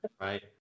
right